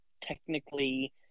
technically